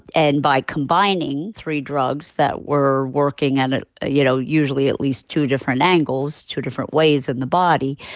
and by combining three drugs that were working at at you know, usually, at least two different angles, two different ways in the body,